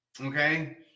okay